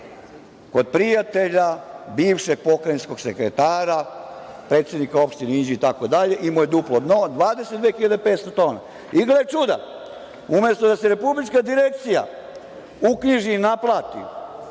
od prijatelja bivšeg pokrajinskog sekretara, predsednika opštine Inđija, itd, imao je duplo dno, 22.500 tona. I, gle čuda, umesto da se Republička direkcija uknjiži i naplati